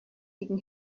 gegen